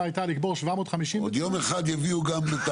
הייתה לקבוע 750- -- עוד יום אחד הביאו גם,